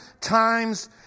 times